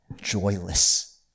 joyless